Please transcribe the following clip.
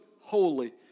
holy